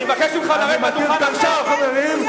גם הוא רוצה כותרות.